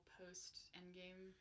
post-Endgame